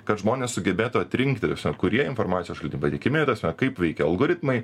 kad žmonės sugebėtų atrinkti tapasme kurie informacijos šaltiniai patikimi tasme kaip veikia algoritmai